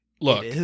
look